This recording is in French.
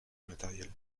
matériel